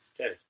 Okay